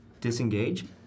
disengage